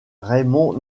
raymond